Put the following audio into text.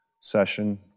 session